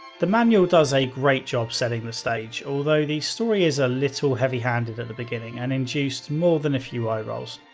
the manual does a great job setting the stage, although although the story is a little heavy-handed at the beginning and induced more than a few eye-rolls.